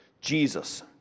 Jesus